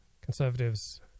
conservatives